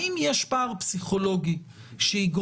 האם יש פער פסיכולוגי שיגרום